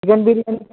chicken biryani